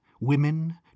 women